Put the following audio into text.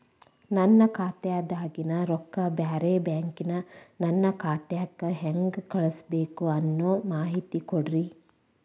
ನನ್ನ ಖಾತಾದಾಗಿನ ರೊಕ್ಕ ಬ್ಯಾರೆ ಬ್ಯಾಂಕಿನ ನನ್ನ ಖಾತೆಕ್ಕ ಹೆಂಗ್ ಕಳಸಬೇಕು ಅನ್ನೋ ಮಾಹಿತಿ ಕೊಡ್ರಿ?